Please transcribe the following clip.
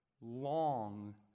long